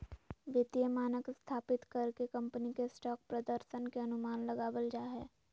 वित्तीय मानक स्थापित कर के कम्पनी के स्टॉक प्रदर्शन के अनुमान लगाबल जा हय